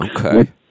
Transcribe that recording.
Okay